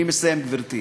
אני מסיים, גברתי.